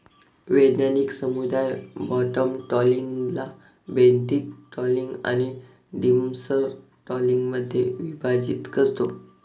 वैज्ञानिक समुदाय बॉटम ट्रॉलिंगला बेंथिक ट्रॉलिंग आणि डिमर्सल ट्रॉलिंगमध्ये विभाजित करतो